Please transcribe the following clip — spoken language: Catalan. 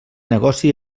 negoci